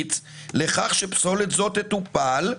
בנקאית לכך שפסולת זו תטופל,